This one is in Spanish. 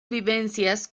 vivencias